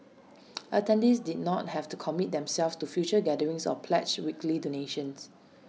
attendees did not have to commit themselves to future gatherings or pledge weekly donations